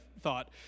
thought